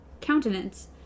countenance